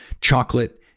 chocolate